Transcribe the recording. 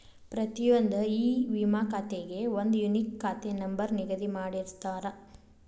ಪ್ರತಿಯೊಂದ್ ಇ ವಿಮಾ ಖಾತೆಗೆ ಒಂದ್ ಯೂನಿಕ್ ಖಾತೆ ನಂಬರ್ ನಿಗದಿ ಮಾಡಿರ್ತಾರ